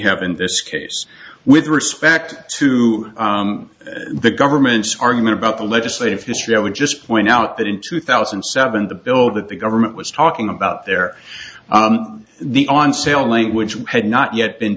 have in this case with respect to the government's argument about the legislative history i would just point out that in two thousand and seven the bill that the government was talking about there the on sale language had not yet been